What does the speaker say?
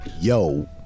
Yo